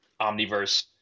Omniverse